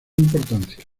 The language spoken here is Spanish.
importancia